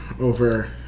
over